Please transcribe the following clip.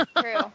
True